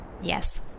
Yes